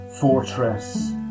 fortress